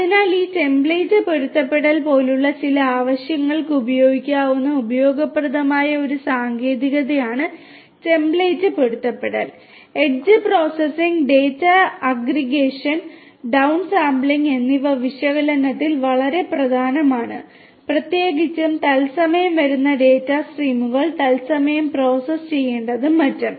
അതിനാൽ ഈ ടെംപ്ലേറ്റ് പൊരുത്തപ്പെടുത്തൽ എന്നിവ വിശകലനത്തിൽ വളരെ പ്രധാനമാണ് പ്രത്യേകിച്ചും തത്സമയം വരുന്ന ഡാറ്റ സ്ട്രീമുകൾ തത്സമയം പ്രോസസ്സ് ചെയ്യേണ്ടതും മറ്റും